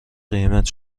قیمت